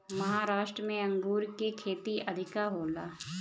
महाराष्ट्र में अंगूर के खेती अधिका होला